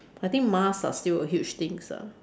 I think mask are still a huge things ah